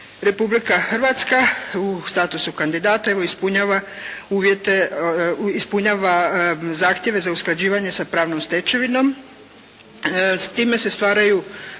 Republika Hrvatska u statusu kandidata ispunjava zahtjeve za usklađivanje sa pravnom stečevinom, s time se stvaraju